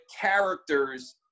characters